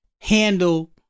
handle